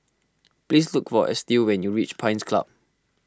please look for Estill when you reach Pines Club